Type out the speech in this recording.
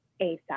ASAP